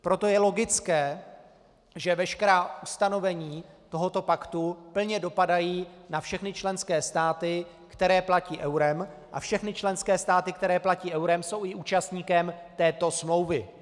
Proto je logické, že veškerá ustanovení tohoto paktu plně dopadají na všechny členské státy, které platí eurem, a všechny členské státy, které platí eurem, jsou i účastníkem této smlouvy.